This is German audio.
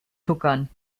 tuckern